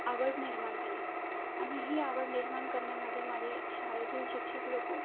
आवड निर्माण झाली आणि ही आवड निर्माण करण्यामधे माझे शाळेतील शिक्षक लोक